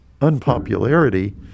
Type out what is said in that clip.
unpopularity